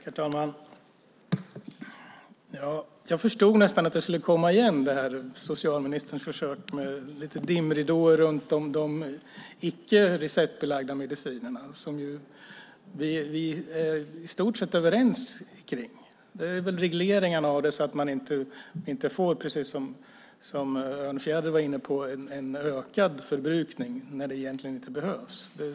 Herr talman! Jag förstod nästan att det här skulle komma igen: socialministerns försök med lite dimridåer runt de icke receptbelagda medicinerna, som vi ju i stort sett är överens om. Det handlar väl om regleringarna och om att inte få, precis som Örnfjäder var inne på, en ökad förbrukning när det egentligen inte behövs.